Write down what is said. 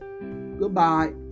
Goodbye